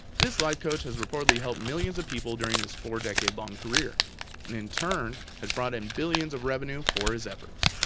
this life coach has reportedly helped millions of people during his four decade long career, and in turn has brought in billions of revenue for his efforts.